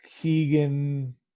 Keegan